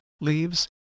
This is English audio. leaves